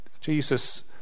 Jesus